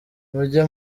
mujye